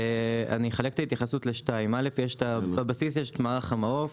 אני אחלק את ההתייחסות לשני חלקים: בבסיס יש את מערך המעוף,